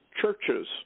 churches